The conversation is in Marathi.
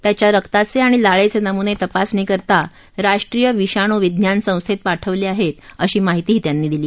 त्याच्या रक्ताचे आणि लाळेचे नमुने तपासणीकरता राष्ट्रीय विषाणू विज्ञान संस्थेत पाठवले आहेत अशी माहितीही त्यांनी दिली